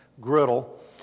griddle